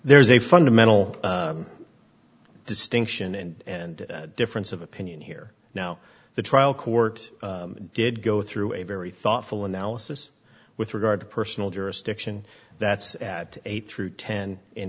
there's a fundamental distinction and difference of opinion here now the trial court did go through a very thoughtful analysis with regard to personal jurisdiction that's at eight through ten in